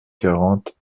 quarante